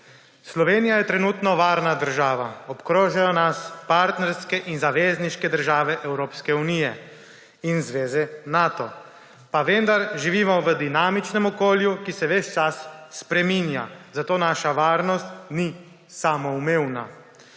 Slovenija je trenutno varna država. Obkrožajo nas partnerske in zavezniške države Evropske unije in zveze Nato. Pa vendar živimo v dinamičnem okolju, ki se ves čas spreminja, zato naša varnost ni samoumevna.